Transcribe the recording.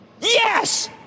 Yes